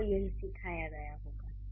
आपको यही सिखाया गया होगा